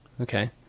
Okay